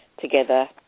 together